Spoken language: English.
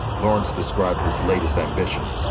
lawrence described his latest ambition.